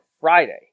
Friday